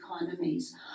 economies